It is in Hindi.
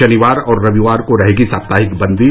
शनिवार और रविवार को रहेगी साप्ताहिक बन्दी